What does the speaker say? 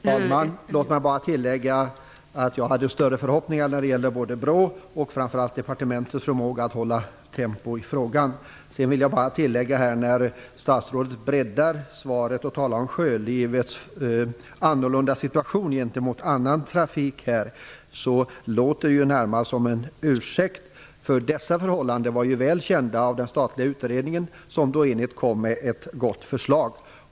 Fru talman! Låt mig bara tillägga att jag hade större förhoppningar när det gäller både BRÅ:s och framför allt departementets förmåga att hålla tempo i frågan. När statsrådet nu breddar svaret och talar om sjölivets annorlunda situation gentemot annan trafik låter det närmast som en ursäkt, för dessa förhållanden var ju väl kända av den statliga utredningen som lade fram ett gott förslag.